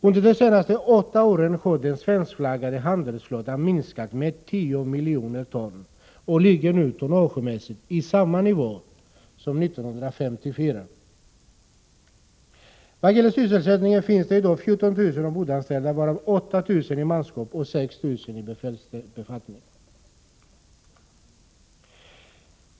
Under de senaste åtta åren har den svenskflaggade handelsflottan minskat med 10 miljoner ton och ligger nu tonnagemässigt på samma nivå som 1954. I vad gäller sysselsättningen finns i dag 14 000 ombordanställda, varav 8 000 som manskap och 6 000 i befälsbefattning.